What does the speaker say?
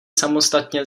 samostatně